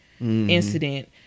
incident